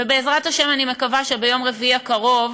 ובעזרת השם אני מקווה שביום רביעי הקרוב